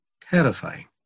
terrifying